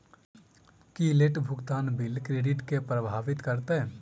की late भुगतान bill credit केँ प्रभावित करतै?